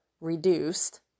reduced